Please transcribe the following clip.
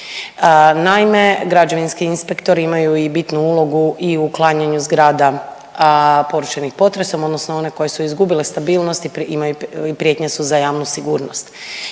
Naime građevinski inspektori imaju i bitnu ulogu i u uklanjanju zgrada porušenih potresom odnosno one koje su izgubile stabilnost i prijetnje su za javnu sigurnost.